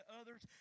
others